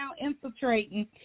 infiltrating